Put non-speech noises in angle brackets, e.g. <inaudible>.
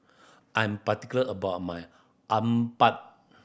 I'm particular about my <unintelligible>